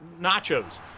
nachos